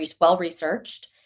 well-researched